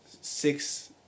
six